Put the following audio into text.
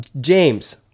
James